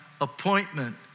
appointment